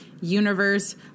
universe